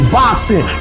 boxing